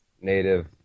native